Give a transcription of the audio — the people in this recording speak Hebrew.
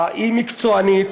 היא מקצוענית.